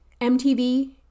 MTV